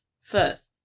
first